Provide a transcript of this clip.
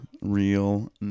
real